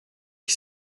qui